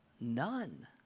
None